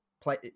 play